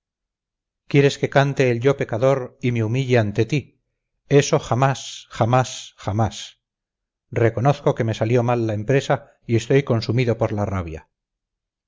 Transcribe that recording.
quieres que cante el yo pecador y me humille ante ti eso jamás jamás jamás reconozco que me salió mal la empresa y estoy consumido por la rabia